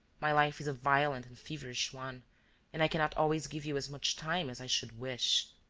my life is a violent and feverish one and i cannot always give you as much time as i should wish.